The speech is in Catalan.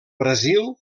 brasil